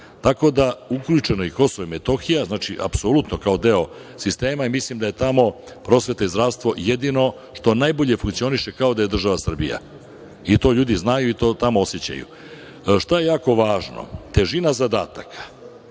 testova. Uključeno je i Kosovo i Metohija, apsolutno kao deo sistema i mislim da je tamo prosveta i zdravstvo jedino što najbolje funkcioniše kao da je država Srbija. I to ljudi znaju i to tamo osećaju. Šta je jako važno? Težina zadataka.